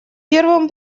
первым